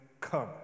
come